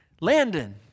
Landon